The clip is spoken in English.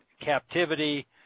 captivity